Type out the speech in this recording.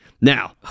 Now